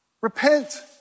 Repent